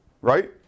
right